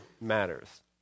matters